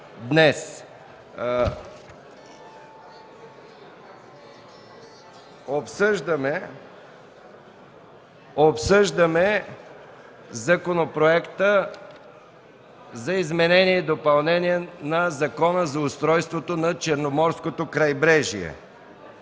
на Законопроекта за изменение и допълнение на Закона за устройство на Черноморското крайбрежие,